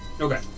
Okay